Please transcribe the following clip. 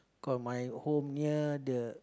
cause my home near the